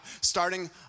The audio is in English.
starting